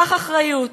קח אחריות.